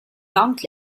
long